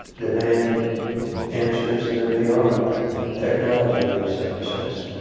demand answers that are beyond technology, in a certain sense.